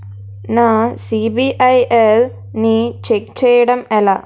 నా సిబిఐఎల్ ని ఛెక్ చేయడం ఎలా?